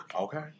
okay